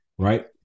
Right